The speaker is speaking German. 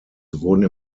wurden